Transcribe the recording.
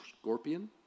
scorpion